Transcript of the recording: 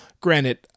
Granted